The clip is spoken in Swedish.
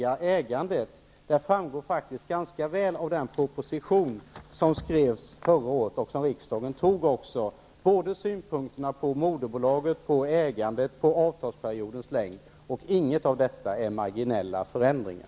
Av den proposition som skrevs förra året och som riksdagen också godtog framgår faktiskt ganska väl synpunkterna på moderbolaget, på ägandet och på avtalsperiodens längd. Inget av det som nu sker är marginella förändringar.